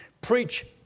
Preach